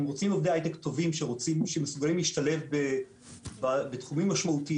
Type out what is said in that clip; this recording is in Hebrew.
אם רוצים עובדי היי-טק טובים שמסוגלים להשתלב בתחומים משמעותיים,